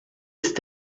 ist